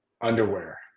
underwear